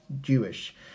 jewish